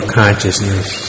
consciousness